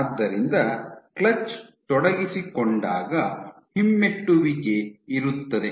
ಆದ್ದರಿಂದ ಕ್ಲಚ್ ತೊಡಗಿಸಿಕೊಂಡಾಗ ಹಿಮ್ಮೆಟ್ಟುವಿಕೆ ಇರುತ್ತದೆ